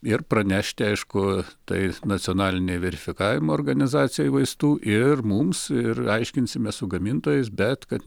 ir pranešti aišku tai nacionalinei verifikavimo organizacijai vaistų ir mums ir aiškinsimės su gamintojais bet kad